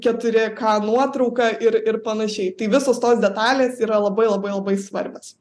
keturi ka nuotrauka ir ir panašiai tai visos tos detalės yra labai labai labai svarbios